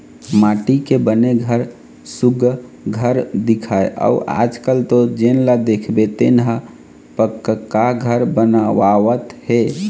माटी के बने घर सुग्घर दिखय अउ आजकाल तो जेन ल देखबे तेन ह पक्का घर बनवावत हे